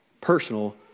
personal